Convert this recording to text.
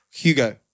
Hugo